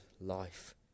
life